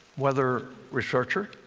whether researcher,